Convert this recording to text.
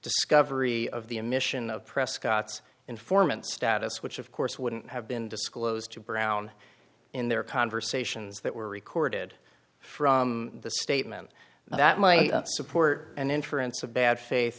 discovery of the emission of prescott's informant status which of course wouldn't have been disclosed to brown in their conversations that were recorded from the statement that my support and inference of bad fa